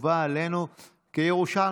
חובה עלינו כירושלמים,